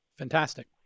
Fantastic